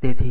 તેથી